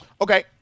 Okay